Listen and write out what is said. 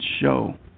show